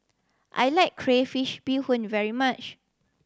I like crayfish beehoon very much